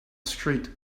street